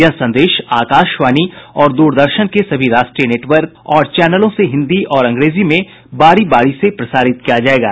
यह संदेश आकाशवाणी और दूरदर्शन के सभी राष्ट्रीय नेटवर्क और चैनलों से हिन्दी और अंग्रेजी में बारी बारी से प्रसारित किया जाएगा